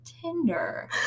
Tinder